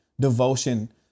devotion